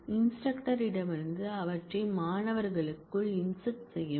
இன்ஸ்டிரக்டரிடமிருந்து அவற்றை மாணவர்களுக்கு இன்சர்ட் செய்யவும்